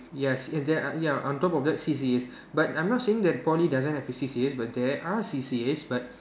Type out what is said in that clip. yes and there are ya on top of that C_C_As but I'm not saying that Poly doesn't have C_C_As but there are C_C_As but